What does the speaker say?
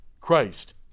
Christ